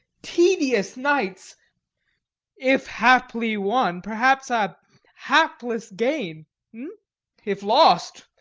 tedious nights if haply won, perhaps a hapless gain if lost,